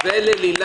תודה לנועה וללילך.